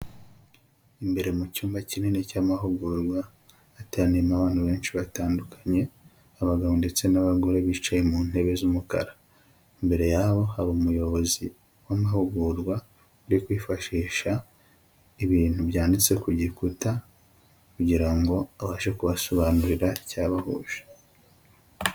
Imbere mu cyumba kinini cy'amahugurwa ateraniyemo abantu benshi batandukanye, abagabo ndetse n'abagore bicaye mu ntebe z'umukara, imbere yaho haba umuyobozi w'amahugurwa arikwifashisha ibintu byanditse ku gikuta, kugira ngo abashe kubasobanurira icyabahuje.